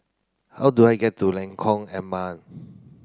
how do I get to Lengkong Enam